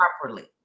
properly